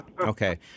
Okay